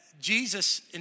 Jesus